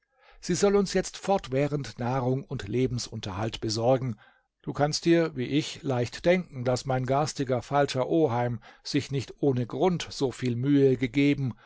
sie soll uns jetzt fortwährend nahrung und lebensunterhalt besorgen du kannst dir wie ich leicht denken daß mein garstiger falscher oheim sich nicht ohne grund so viel mühe gegeben